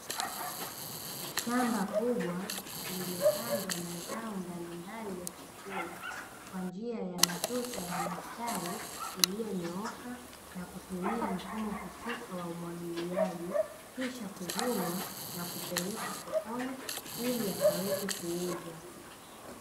Shamba kubwa limepandwa mazao mbalimbali ya chakula, kwa njia ya matuta ya mistari iliyonyooka, na kutumia mfumo husika wa umwagiliaji, kisha kuvunwa na kupelekwa sokoni, ili yakaweze kuuzwa.